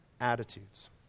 attitudes